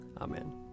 Amen